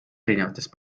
erinevatest